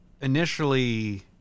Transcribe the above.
initially